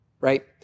right